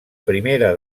primera